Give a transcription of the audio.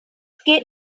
geht